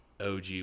OG